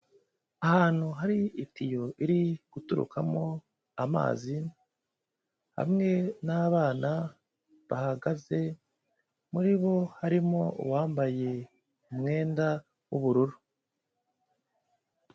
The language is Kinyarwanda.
Ahantu hari itiyo iri guturukamo amazi, hamwe n'abana bahagaze muri bo harimo uwambaye umwenda w'ubururu.